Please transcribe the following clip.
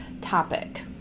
topic